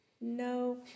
No